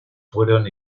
fueron